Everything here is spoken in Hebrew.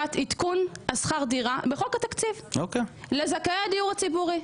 בחוק התקציב עדכון שכר הדירה לזכאי הדיור הציבורי.